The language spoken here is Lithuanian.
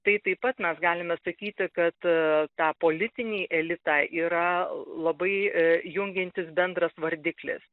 tai taip pat mes galime sakyti kad tą politinį elitą yra labai jungiantis bendras vardiklis